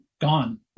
gone